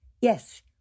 Yes